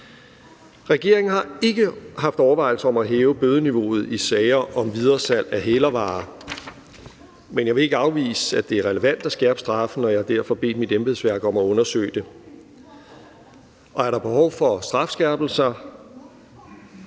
Regeringen har ikke haft overvejelser om at hæve bødeniveauet i sager om videresalg af hælervarer. Men jeg vil ikke afvise, at det er relevant at skærpe straffene, og jeg har derfor bedt mit embedsværk om at undersøge det. Er der behov for strafskærpelser,